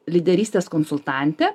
lyderystės konsultantė